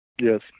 Yes